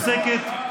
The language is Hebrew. משפחה שעוסקת ברצינות